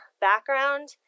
background